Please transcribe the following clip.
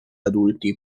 adulti